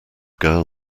girl